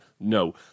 No